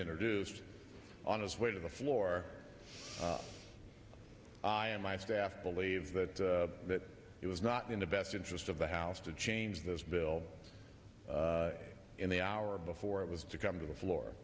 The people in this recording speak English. introduced on his way to the floor i and my staff believe that that it was not in the best interest of the house to change this bill in the hour before it was to come to the floor